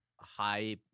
High